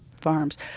Farms